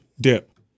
dip